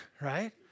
right